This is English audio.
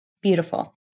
Beautiful